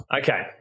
Okay